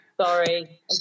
Sorry